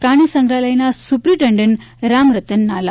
પ્રાણીસંત્રહાલયના superintendent Ram Ratan Nala